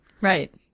right